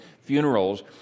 funerals